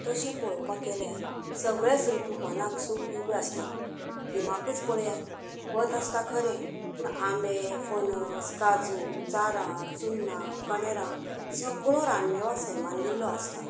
तशें पळोवपाक गेल्यार सगळेच रुतु मनाक सूख दिवपी आसता गिमाकूच पळयात वत आसता खरें पूण आंबे पणस काजू चारां चुन्ना कनेरां सगळो रानमेळो सैमान दिल्लो आसता